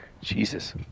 Jesus